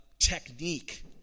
Technique